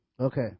Okay